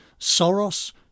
Soros